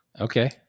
Okay